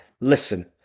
listen